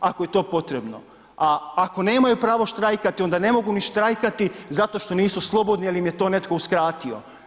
Ako je to potrebno, a ako nemaju prava štrajkati, onda ne mogu ni štrajkati zato što nisu slobodni jer im je to netko uskratio.